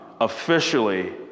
officially